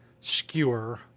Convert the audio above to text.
Skewer